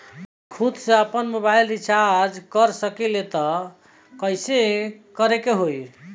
खुद से आपनमोबाइल रीचार्ज कर सकिले त कइसे करे के होई?